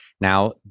Now